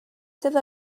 sydd